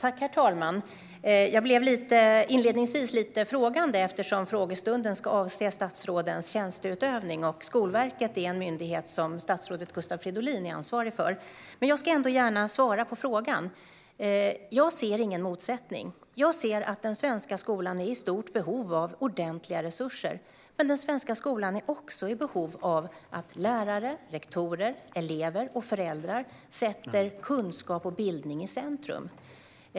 Herr talman! Jag blev inledningsvis lite frågande eftersom frågorna ska avse statsrådens tjänsteutövning, och Skolverket är en myndighet som statsrådet Gustav Fridolin är ansvarig för. Men jag svarar ändå gärna på frågan. Jag ser ingen motsättning. Jag ser att den svenska skolan är i stort behov av ordentliga resurser. Men den svenska skolan är också i behov av att lärare, rektorer, elever och föräldrar sätter kunskap och bildning i centrum.